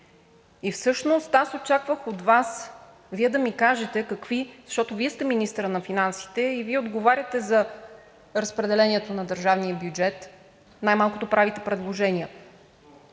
Всъщност аз очаквах от Вас да ми кажете какви, защото Вие сте министърът на финансите и Вие отговаряте за разпределението на държавния бюджет, най-малкото правите предложения.